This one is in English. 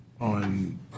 on